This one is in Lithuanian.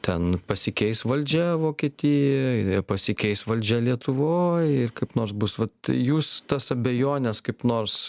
ten pasikeis valdžia vokietijoj pasikeis valdžia lietuvoj ir kaip nors bus vat jūs tas abejones kaip nors